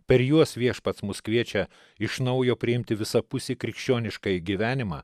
per juos viešpats mus kviečia iš naujo priimti visapusį krikščioniškąjį gyvenimą